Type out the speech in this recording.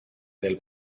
del